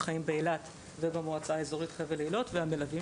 שחיים באילת ובמועצה אזורית חבל אילות.